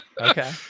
Okay